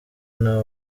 nta